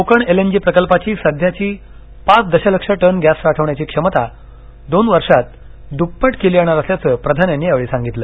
Konkan LNG प्रकल्पाची सध्याची पाच दशलक्ष टन गैस साठवण्याची क्षमता दोन वर्षांत दुप्पट केली जाणार असल्याचं प्रधान यांनी या बेळी सांगितलं